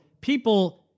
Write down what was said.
people